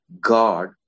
God